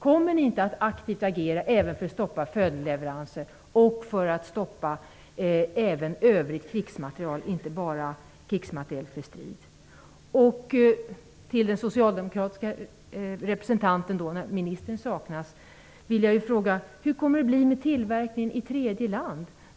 Kommer ni inte att aktivt agera för att stoppa även följdleveranser och övrig krigsmateriel, inte bara krigsmateriel för strid? Till den socialdemokratiska representanten, eftersom ministern saknas, vill jag ställa frågan: Hur kommer det att bli med tillverkningen i tredje land?